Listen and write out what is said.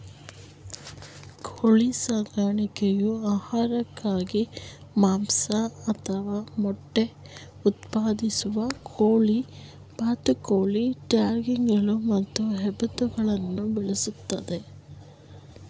ಕೋಳಿ ಸಾಕಣೆಯು ಆಹಾರಕ್ಕಾಗಿ ಮಾಂಸ ಅಥವಾ ಮೊಟ್ಟೆ ಉತ್ಪಾದಿಸಲು ಕೋಳಿ ಬಾತುಕೋಳಿ ಟರ್ಕಿಗಳು ಮತ್ತು ಹೆಬ್ಬಾತುಗಳನ್ನು ಬೆಳೆಸ್ತದೆ